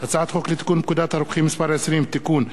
הצעת חוק לתיקון פקודת הרוקחים (מס' 20) (תיקון),